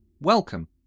Welcome